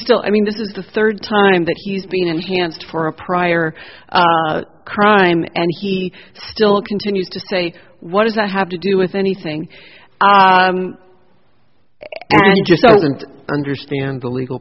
still i mean this is the third time that he's been camped for a prior crime and he still continues to say what does that have to do with anything just so don't understand the legal